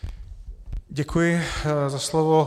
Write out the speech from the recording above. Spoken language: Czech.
Děkuji za slovo.